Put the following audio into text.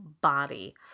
body